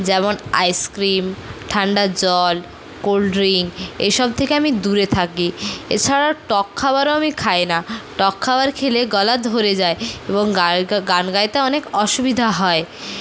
যেমন আইসক্রিম ঠান্ডা জল কোলড্রিঙ্ক এসব থেকে আমি দূরে থাকি এছাড়াও টক খাবারও আমি খাই না টক খাবার খেলে গলা ধরে যায় এবং গান গাইতে অনেক অসুবিধা হয়